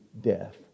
death